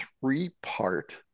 three-part